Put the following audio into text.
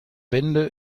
wände